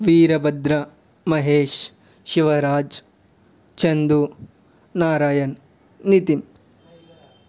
Veerabhadra Mahesh Shivaraj Chandu Narayan Nitin